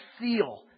seal